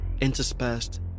interspersed